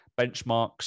benchmarks